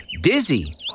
dizzy